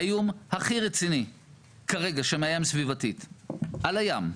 האיום הכי רציני שמאיים סביבתית על הים,